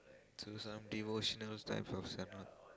so some devotional time for